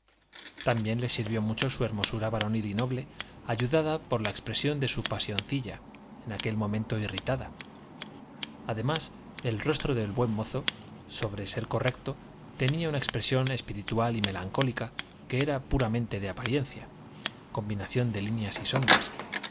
también le sirvió mucho su hermosura varonil y noble ayudada por la expresión de su pasioncilla en aquel momento irritada además el rostro del buen mozo sobre ser correcto tenía una expresión espiritual y melancólica que era puramente de apariencia combinación de líneas y sombras